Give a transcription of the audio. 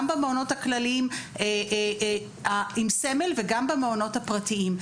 גם במעונות הכלליים, עם סמל, וגם במעונות הפרטיים.